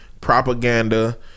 propaganda